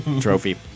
trophy